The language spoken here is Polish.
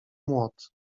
młot